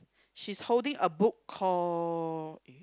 she's holding a book call